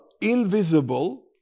invisible